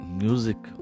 music